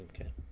Okay